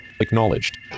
Acknowledged